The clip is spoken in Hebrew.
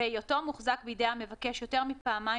בהיותו מוחזק בידי המבקש יותר מפעמיים